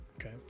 okay